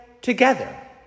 together